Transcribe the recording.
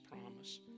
promise